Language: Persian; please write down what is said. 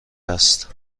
است